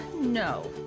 no